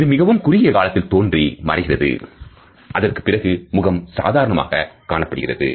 இது மிகவும் குறுகிய காலத்தில் தோன்றி மறைகிறது அதற்குப் பிறகு முகம் சாதாரணமாக காணப்படுகிறது